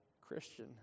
Christian